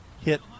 hit